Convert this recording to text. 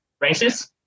races